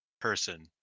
person